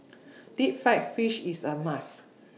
Deep Fried Fish IS A must